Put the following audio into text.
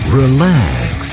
relax